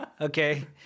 Okay